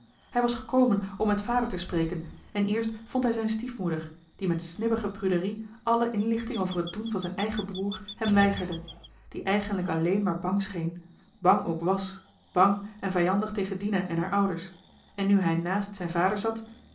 hij was gekomen om met vader te spreken en eerst vond hij zijn stiefmoeder die met snibbige pruderie alle inlichting over het doen van zijn eigen broer hem weigerde die eigenlijk alleen maar bang scheen bang ook was bang en vijandig tegen dina en haar ouders en nu hij nààst zijn vader zat